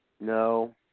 no